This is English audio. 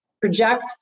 project